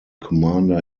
commander